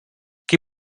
qui